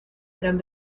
gran